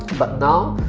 but now,